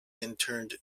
interned